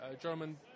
German